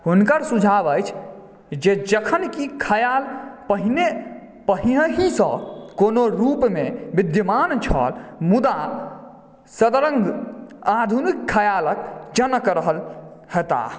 हुनकर सुझाव अछि जे जखन कि ख्याल पहिने पहिनहिसँ कोनो रूपमे विद्यमान छल मुदा सदरङ्ग आधुनिक ख्यालक जनक रहल हेताह